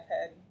head